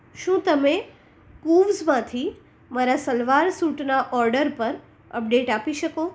શું તમે કૂવ્સમાંથી મારા સલવાર સૂટના ઓર્ડર પર અપડેટ આપી શકો